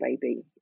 baby